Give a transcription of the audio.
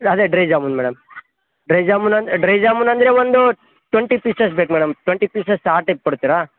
ಅದೆ dry jamun madam dry ಜಾಮೂನನ್ ಜಾಮೂನಂದರೆ ಒಂದು ಟ್ವೆಂಟಿ ಪೀಸಸ್ ಬೇಕು ಮೇಡಮ್ ಟ್ವೆಂಟಿ ಪೀಸಸ್ ಟೈಪ್ ಕೊಡ್ತೀರಾ